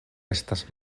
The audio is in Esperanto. estas